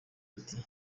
ati